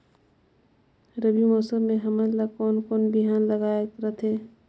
रबी मौसम मे हमन ला कोन कोन बिहान लगायेक रथे?